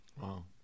Wow